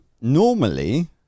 normally